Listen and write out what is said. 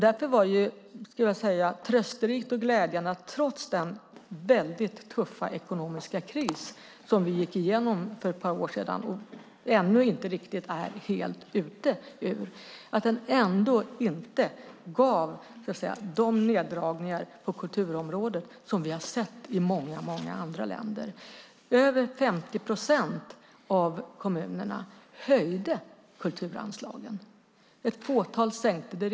Därför är det trösterikt och glädjande att den tuffa ekonomiska kris som vi gick igenom för ett par år sedan, och ännu inte helt kommit ur, inte medfört de neddragningar på kulturområdet som vi sett i många andra länder. Över 50 procent av kommunerna höjde sina kulturanslag. Ett fåtal sänkte dem.